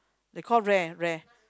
they call rare rare